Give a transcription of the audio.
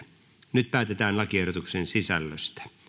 nyt päätetään lakiehdotuksen sisällöstä